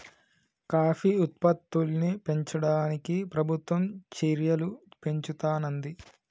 coffee ఉత్పత్తుల్ని పెంచడానికి ప్రభుత్వం చెర్యలు పెంచుతానంది